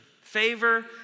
Favor